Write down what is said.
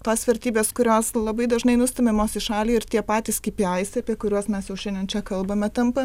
tos vertybės kurios labai dažnai nustumiamos į šalį ir tie patys kipi aisai apie kuriuos mes jau šiandien čia kalbame tampa